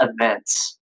events